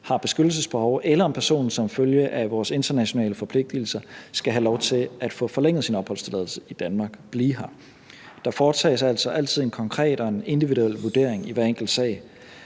har beskyttelsesbehov, eller om personen som følge af vores internationale forpligtigelser skal have lov til at få forlænget sin opholdstilladelse i Danmark og blive her. Der foretages altså altid en konkret og en individuel vurdering i hver enkelt sag,